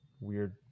weird